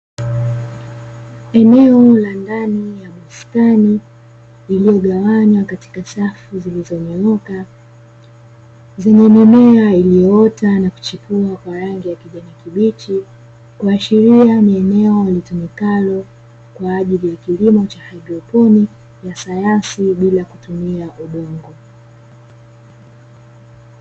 Eneo la ndani ya bustani iliyogawanywa katika safu zilizonyooka, zenye mimea iliyoota na kuchipua kwa rangi ya kijani kibichi, kuashiria ni eneo litumikalo kwa ajili ya kilimo cha haidroponi ya sayansi bila kutumia udongo.